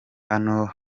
hano